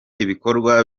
ibikorwa